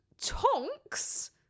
Tonks